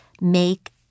make